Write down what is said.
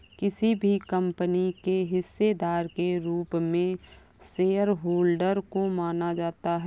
किसी भी कम्पनी के हिस्सेदार के रूप में शेयरहोल्डर को माना जाता है